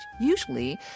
usually